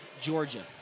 Georgia